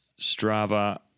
Strava